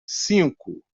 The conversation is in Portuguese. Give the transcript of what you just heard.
cinco